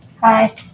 Hi